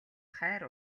хайр